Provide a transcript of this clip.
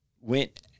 went